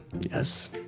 Yes